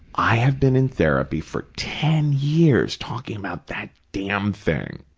i have been in therapy for ten years, talking about that damn thing,